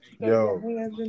Yo